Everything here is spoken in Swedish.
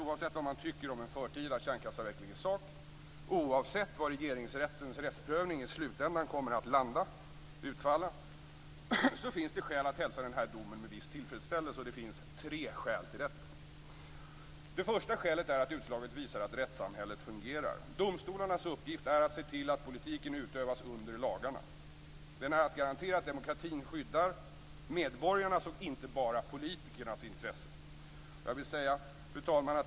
Oavsett vad man tycker om en förtida kärnkraftsavveckling i sak och oavsett hur den slutliga rättsprövningen i slutändan kommer att utfalla finns det skäl att hälsa domen med en viss tillfredsställelse. Det finns tre skäl till detta. Det första är att utslaget visar att rättssamhället fungerar. Domstolarnas uppgift är att se till att politiken utövas under lagarna. Den är att garantera att demokratin skyddar medborgarnas och inte bara politikernas intressen.